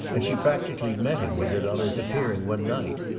and she practically met him with it on his appearing one night.